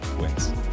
wins